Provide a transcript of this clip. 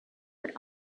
but